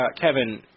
Kevin